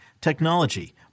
technology